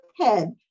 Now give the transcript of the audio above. head